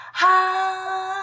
ha